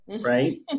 right